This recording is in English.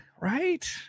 Right